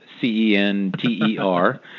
C-E-N-T-E-R